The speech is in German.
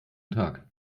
tag